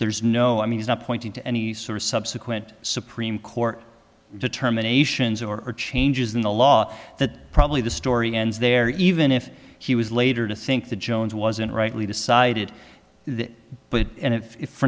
there's no i mean it's not pointing to any sort of subsequent supreme court determinations or changes in the law that probably the story ends there even if he was later to think the jones wasn't rightly decided but and if